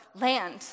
land